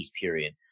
period